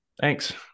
thanks